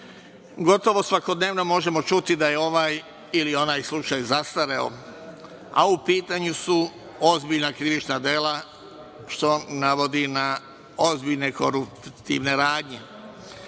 Gotovo svakodnevno možemo čuti da je ovaj ili onaj slučaj zastareo, a u pitanju su ozbiljna krivična dela, što navodi na ozbiljne koruptivne radnje. Ja